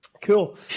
Cool